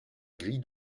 grille